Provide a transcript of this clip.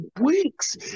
weeks